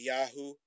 Yahoo